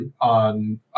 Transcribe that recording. on